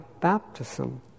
baptism